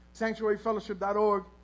sanctuaryfellowship.org